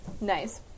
Nice